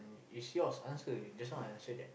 it's yours answer just now I answer that